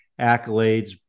accolades